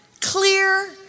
clear